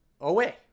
away